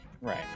right